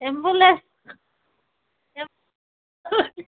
ambulance एम्बुल